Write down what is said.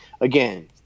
again